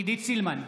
עידית סילמן,